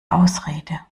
ausrede